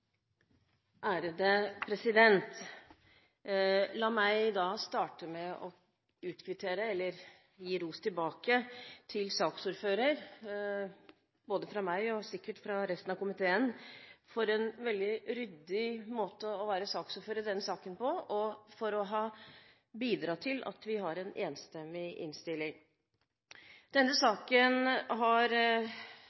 La meg starte med å gi ros tilbake til saksordføreren, både fra meg og sikkert fra resten av komiteen, for en veldig ryddig måte å være saksordfører på i denne saken, og for å ha bidratt til at vi har en enstemmig innstilling. Denne